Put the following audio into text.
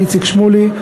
איציק שמולי,